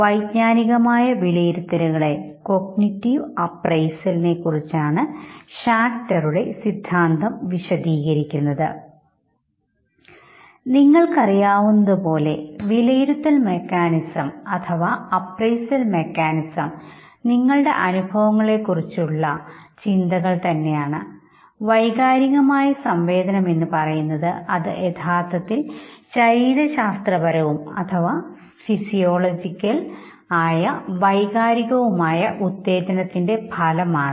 വൈജ്ഞാനികമായ വിലയിരുത്തലുകളെ കുറിച്ചാണ് ഷാക്റ്ററുടെ സിദ്ധാന്തം വിവരിക്കുന്നത് നിങ്ങൾക്ക് അറിയാവുന്നതുപോലെ വിലയിരുത്തൽ മെക്കാനിസം നിങ്ങളുടെ അനുഭവങ്ങളെ കുറിച്ചുള്ള ചിന്തകൾ തന്നെയാണ് വൈകാരികമായ സംവേദനം എന്ന് പറയുന്നത് അത് യഥാർത്ഥത്തിൽ ശരീരശാസ്ത്രപരവും വൈകാരികവുമായ ഉത്തേജനത്തിൻറെ ഫലമാണ്